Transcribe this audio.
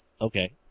Okay